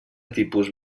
tipus